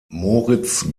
moritz